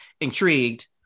intrigued